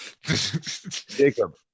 Jacob